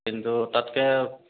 কিন্তু তাতকৈ